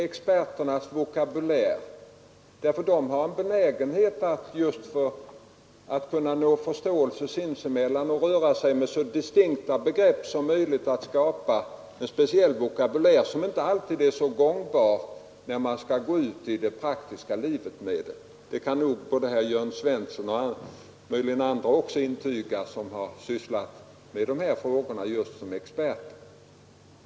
Experterna har ju en benägenhet att — för att uppnå förståelse sinsemellan och röra sig med så distinkta begrepp som möjligt skapa en speciell vokabulär som inte alltid är gångbar i det praktiska livet. Det kan nog både Jörn Svensson 136 och andra som sysslat med dessa frågor som experter intyga.